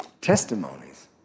testimonies